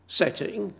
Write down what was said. setting